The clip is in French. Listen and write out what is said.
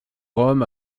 homme